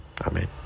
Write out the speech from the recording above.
Amen